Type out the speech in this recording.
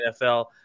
NFL